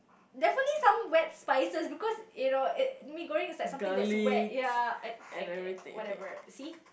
definitely some wet spices because you know mee-goreng is something that is wet ya okay whatever see